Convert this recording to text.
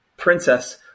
princess